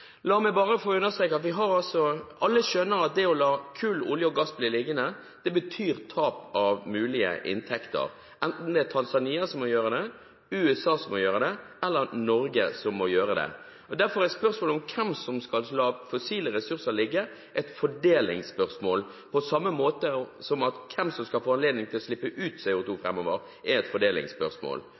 la meg bare få understreke: Alle skjønner at det å la kull, olje og gass bli liggende, betyr tap av mulige inntekter, enten det er Tanzania som må gjøre det, USA som må gjøre det, eller Norge som må gjøre det. Derfor er spørsmålet om hvem som skal la fossile ressurser ligge, et fordelingsspørsmål, på samme måte som at hvem som skal få anledning til å slippe ut CO2 framover, er et fordelingsspørsmål.